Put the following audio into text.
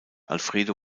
alfredo